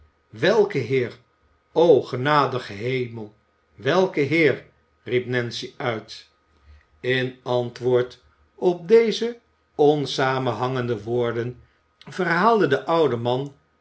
welke heer o genadige hemel welke heer riep nancy uit in antwoord op deze onsamenhangende woorden verhaalde de oude man